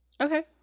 Okay